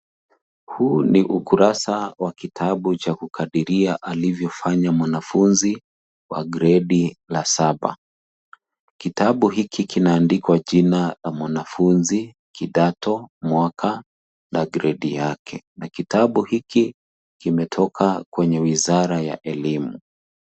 Huu ni ukurasa wa kitabu cha kukadiria aliyofanya mwanafunzi wa gredi la saba kitabu hiki kinaandikwa jina la mwanafunzi kidato mwaka na gredi yake na kitabu hiki kimetoka kwenye wizara ya elimu.